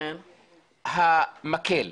המקל.